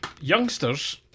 Youngsters